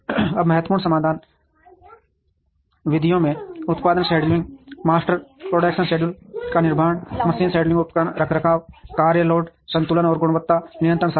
अब महत्वपूर्ण समाधान विधियों में उत्पादन शेड्यूलिंग मास्टर प्रोडक्शन शेड्यूल का निर्माण मशीन शेड्यूलिंग उपकरण रखरखाव कार्य लोड संतुलन और गुणवत्ता नियंत्रण शामिल हैं